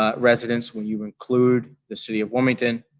ah residents when you include the city of wilmington,